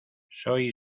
soy